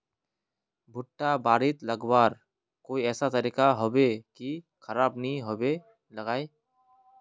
भुट्टा बारित रखवार कोई ऐसा तरीका होबे की खराब नि होबे लगाई?